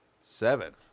seven